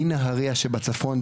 מנהריה שבצפון,